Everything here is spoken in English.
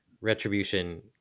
Retribution